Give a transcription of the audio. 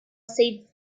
sits